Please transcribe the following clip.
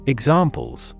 Examples